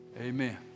amen